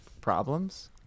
problems